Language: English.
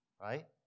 right